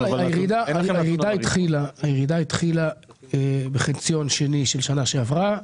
הירידה התחילה והתחזקה בחציון השני של שנה שעברה.